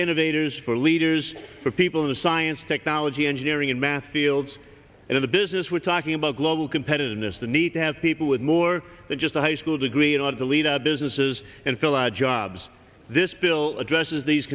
innovators for leaders for people in science technology engineering and math fields in the business we're talking about global competitiveness the need to have people with more than just a high school degree and want to lead up businesses and fill out jobs this bill addresses these